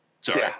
Sorry